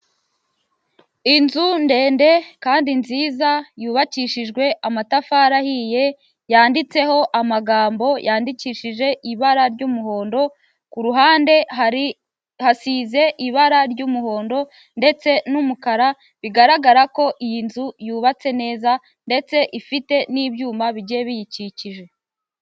Inzu ndende kandi nziza yubakishijwe amatafari ahiye yanditseho amagambo yandikishije ibara ry'umuhondo ku ruhande hari hasize ibara ry'umuhondo ndetse n'umukara bigaragara ko iyi nzu yubatse neza ndetse ifite n'ibyuma bigiye biyikikije.